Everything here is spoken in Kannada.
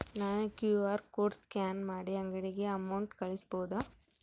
ನಾನು ಕ್ಯೂ.ಆರ್ ಕೋಡ್ ಸ್ಕ್ಯಾನ್ ಮಾಡಿ ಅಂಗಡಿಗೆ ಅಮೌಂಟ್ ಕಳಿಸಬಹುದಾ?